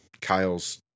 Kyle's